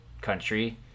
country